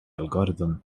algorithm